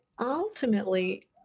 ultimately